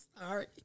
sorry